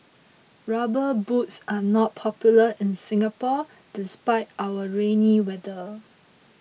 rubber boots are not popular in Singapore despite our rainy weather